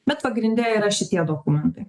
bet pagrinde yra šitie dokumentai